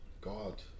God